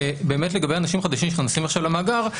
לגבי אנשים חדשים שנכנסים עכשיו למאגר,